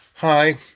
Hi